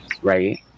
Right